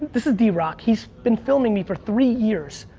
this is drock. he's been filming me for three years.